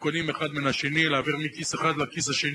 הם קונים אחד מן השני, להעביר מכיס אחד לשני.